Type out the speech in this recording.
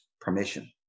permission